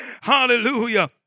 Hallelujah